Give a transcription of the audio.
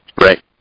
Right